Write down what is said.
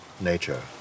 nature